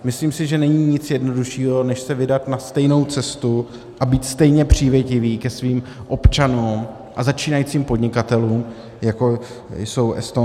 Myslím si, že není nic jednoduššího, než se vydat na stejnou cestu a být stejně přívětiví ke svým občanům a začínajícím podnikatelům, jako jsou Estonci.